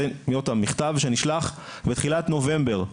זה מכתב שנשלח בתחילת נובמבר.